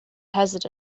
hazard